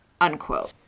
unquote